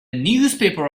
newspaper